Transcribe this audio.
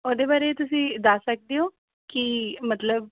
ਤੁਹਾਡੇ ਬਾਰੇ ਤੁਸੀਂ ਦੱਸ ਸਕਦੇ ਹੋ ਕਿ ਮਤਲਬ